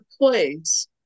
place